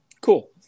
cool